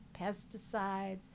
pesticides